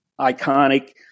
iconic